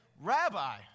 Rabbi